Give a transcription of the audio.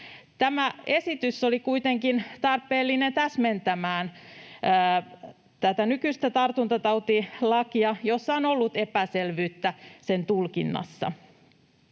Tämä esitys oli kuitenkin tarpeellinen täsmentämään nykyistä tartuntatautilakia, jonka tulkinnassa on ollut epäselvyyttä. On katsottu,